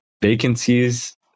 Vacancies